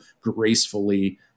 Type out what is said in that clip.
gracefully